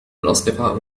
الأصدقاء